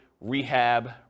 rehab